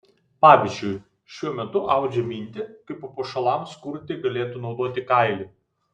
pavyzdžiui šiuo metu audžia mintį kaip papuošalams kurti galėtų naudoti kailį